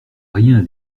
rien